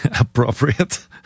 appropriate